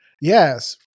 Yes